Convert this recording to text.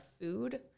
food